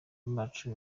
bacu